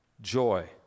joy